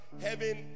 heaven